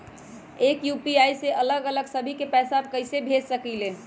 एक यू.पी.आई से अलग अलग सभी के पैसा कईसे भेज सकीले?